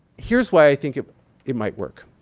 here's why i think it might work.